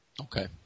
Okay